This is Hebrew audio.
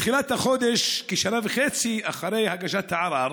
בתחילת החודש, כשנה וחצי אחרי הגשת הערר,